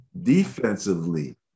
defensively